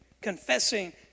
confessing